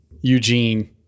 Eugene